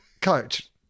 coach